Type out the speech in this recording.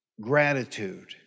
gratitude